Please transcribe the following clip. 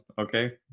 okay